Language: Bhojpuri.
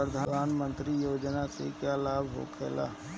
प्रधानमंत्री योजना से का लाभ होखेला?